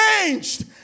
changed